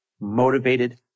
Motivated